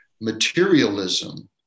materialism